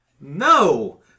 No